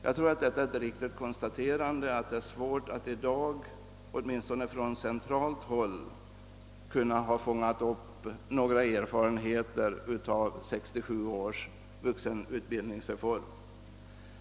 Jag tror det är ett riktigt konstaterande att det i dag är svårt att redovisa några erfarenheter av 1967 års vuxenutbildningsreform. Åtminstone gäller detta erfarenheter på centralt håll.